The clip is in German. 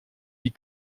die